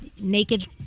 naked-